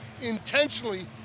intentionally